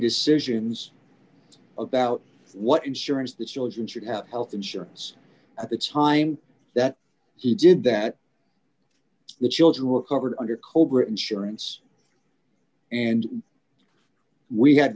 decisions about what insurance the children should have health insurance at the time that he did that the children were covered under cobra insurance and we had